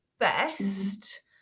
best